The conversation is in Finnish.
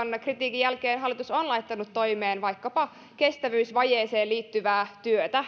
kritiikin jälkeen hallitus on laittanut toimeen vaikkapa kestävyysvajeeseen liittyvää työtä